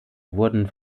wurden